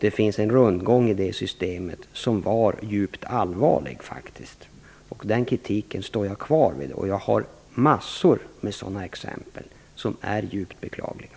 Det fanns en rundgång i systemet som var djupt allvarlig. Den kritiken står jag kvar vid. Jag har massor av sådana exempel som är djupt beklagliga.